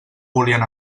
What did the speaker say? volien